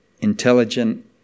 intelligent